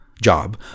job